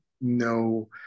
no